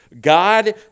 God